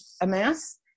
amass